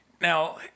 now